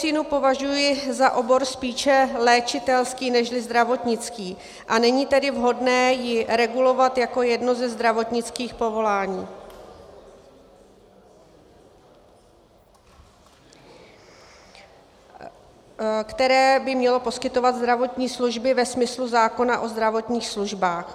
Čínskou medicínu považuji za obor spíše léčitelský nežli zdravotnický, a není tedy vhodné ji regulovat jako jedno ze zdravotnických povolání, které by mělo poskytovat zdravotní služby ve smyslu zákona o zdravotních službách.